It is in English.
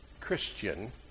Christian